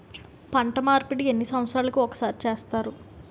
పంట మార్పిడి ఎన్ని సంవత్సరాలకి ఒక్కసారి చేస్తారు?